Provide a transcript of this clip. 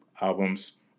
albums